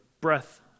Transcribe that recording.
breath